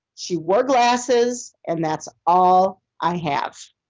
she wore glasses and that's all i have.